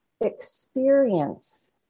experience